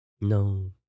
No